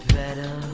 better